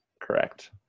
Correct